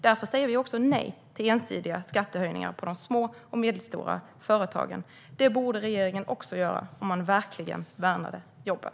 Därför säger vi nej till ensidiga skattehöjningar för de små och medelstora företagen. Detta borde regeringen också göra om man verkligen värnar om jobben.